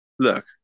Look